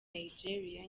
nigeriya